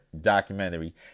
documentary